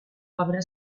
obra